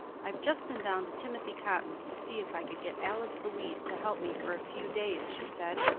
i've just been down to timothy cotton's to see if i could get alice louise to help me for a few days, she said.